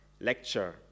lecture